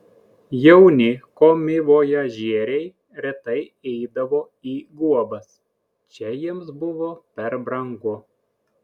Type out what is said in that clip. jauni komivojažieriai retai eidavo į guobas čia jiems buvo per brangu